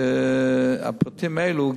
שהפרטים האלה,